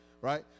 right